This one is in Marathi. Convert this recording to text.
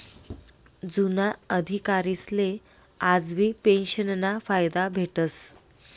जुना अधिकारीसले आजबी पेंशनना फायदा भेटस